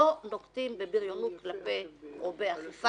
לא נוקטים בבריונות באכיפת-יתר.